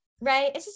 right